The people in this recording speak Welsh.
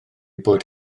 bod